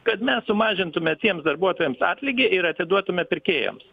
kad mes sumažintume tiems darbuotojams atlygį ir atiduotume pirkėjams